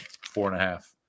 four-and-a-half